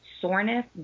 soreness